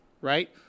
Right